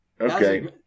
Okay